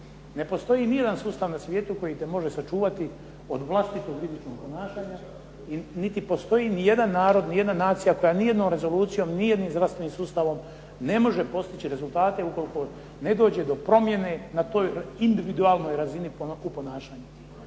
Ne postoji ni jedan sustav na svijetu koji te može sačuvati od vlastitog rizičnog ponašanja i niti postoji ni jedan narod, ni jedna nacija koja nijednom rezolucijom, nijednim zdravstvenim sustavom ne može postići rezultate ukoliko ne dođe do promjene na toj individualnoj razini u ponašanju.